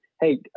hey